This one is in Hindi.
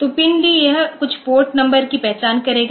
तो PIND यह कुछ पोर्ट नंबर की पहचान करेगा